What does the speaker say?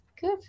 good